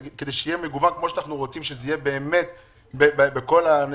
כדי שיהיה מגוון כמו שאנחנו רוצים שזה יהיה באמת בכל הנציבות.